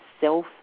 self